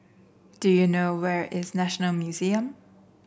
do you know where is National Museum